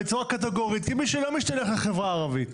בצורה קטגורית כמי שלא משתייך לחברה הערבית,